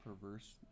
perverse